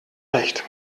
recht